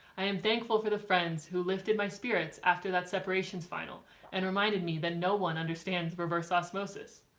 i am thankful for the friends who lifted my spirits after that separations final and reminded me that no one understands reverse-osmosis.